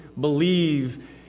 believe